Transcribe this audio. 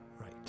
right